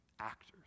actors